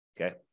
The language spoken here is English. okay